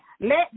Let